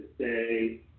say